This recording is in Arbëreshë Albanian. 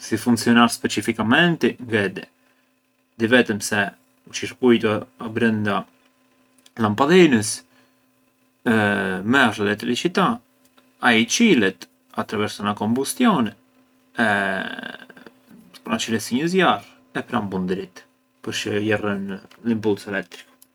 Si funcjonar specificamenti ngë e di, di vetë se u circuitu abrënda lampadhinës merr l’elettricità, ai çilet attraverso na combustione e pran çilet si një zjarr e pranë bunë dritë përçë jarrën l’impulsu elettrico.